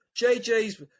JJ's